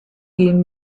gehen